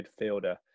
midfielder